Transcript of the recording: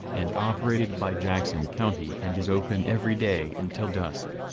and operated by jackson county and is open every day until dusk.